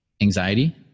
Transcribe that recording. anxiety